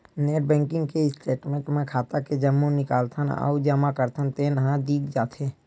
net banking के statement म खाता के जम्मो निकालथन अउ जमा करथन तेन ह दिख जाथे